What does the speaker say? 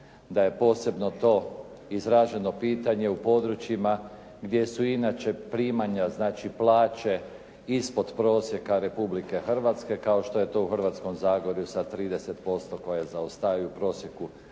da je posebno to izraženo pitanje u područjima gdje su inače primanja znači plaće ispod prosjeka Republike Hrvatske kao što je to u Hrvatskom zagorju sa 30% koje zaostaju u prosjeku